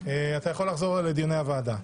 אתה יכול לחזור לדיוני המליאה.